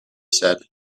said